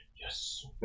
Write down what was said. Yes